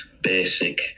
basic